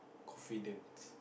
confident